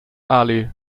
ali